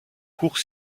cours